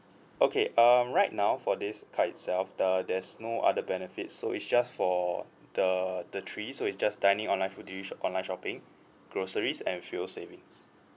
okay um right now for this card itself the there's no other benefits so is just for the the three so it's just dining online food do you sho~ online shopping groceries and fuel savings